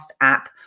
app